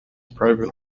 private